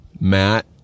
Matt